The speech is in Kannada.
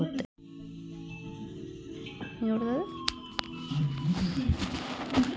ನಾವು ಯಾರಿಗಾದರೂ ಬ್ಲಾಂಕ್ ಚೆಕ್ ಕೊಡೋದ್ರಿಂದ ಮುಂದೆ ಕಷ್ಟ ಅನುಭವಿಸಬೇಕಾಗುತ್ತದೆ